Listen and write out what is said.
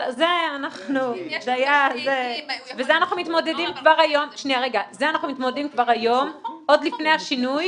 זה אנחנו מתמודדים כבר היום עוד לפני השינוי